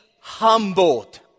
humbled